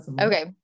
Okay